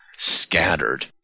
scattered